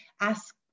ask